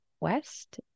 West